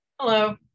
Hello